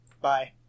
bye